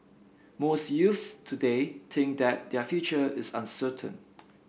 most youths today think that their future is uncertain